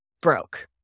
broke